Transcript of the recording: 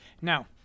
Now